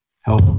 help